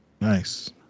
Nice